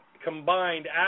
Combined